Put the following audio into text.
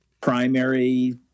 primary